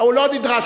לא נדרשת.